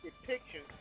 depiction